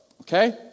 okay